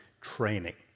Training